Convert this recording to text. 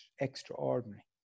extraordinary